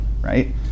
Right